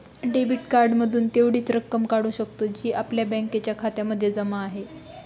debit card मधून तेवढीच रक्कम काढू शकतो, जी आपल्या बँकेच्या खात्यामध्ये जमा आहे